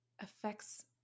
affects